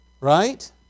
Right